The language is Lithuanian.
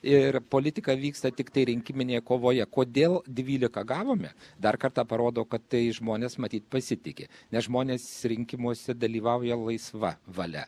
ir politika vyksta tiktai rinkiminėj kovoje kodėl dvylika gavome dar kartą parodo kad tai žmonės matyt pasitiki nes žmonės rinkimuose dalyvauja laisva valia